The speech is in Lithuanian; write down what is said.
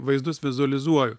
vaizdus vizualizuoju